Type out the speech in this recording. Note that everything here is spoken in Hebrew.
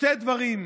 שני דברים: